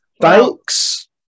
Thanks